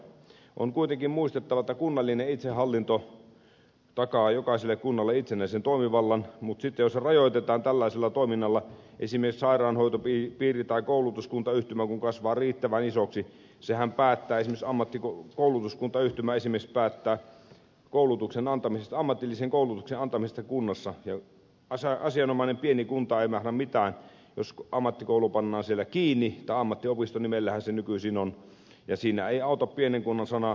on kuitenkin muistettava että kunnallinen itsehallinto takaa jokaiselle kunnalle itsenäisen toimivallan mutta sitten jos sitä rajoitetaan tällaisella toiminnalla esimerkiksi kun sairaanhoitopiiri tai koulutuskuntayhtymä kasvaa riittävän isoksi niin esimerkiksi koulutuskuntayhtymä päättää ammatillisen koulutuksen antamisesta kunnassa ja asianomainen pieni kunta ei mahda mitään jos ammattikoulu pannaan siellä kiinni tai ammattiopiston nimellähän se nykyisin on ja siinä ei auta pienen kunnan sana